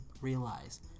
realize